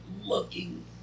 looking